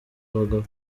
abagabo